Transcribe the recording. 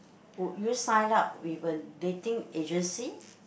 would you sign up with a dating agency